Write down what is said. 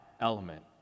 element